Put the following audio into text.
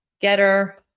getter